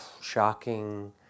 shocking